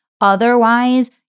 Otherwise